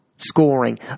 scoring